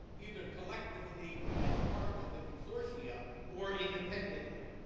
either collectively as part of the consortia, or independently.